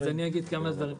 אגיד כמה דברים.